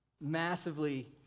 Massively